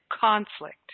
conflict